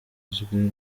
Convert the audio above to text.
uzwi